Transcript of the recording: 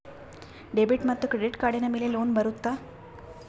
Debit ಮತ್ತು credit ಕಾರ್ಡಿನ ಮೇಲೆ ಲೋನ್ ಬರುತ್ತಾ?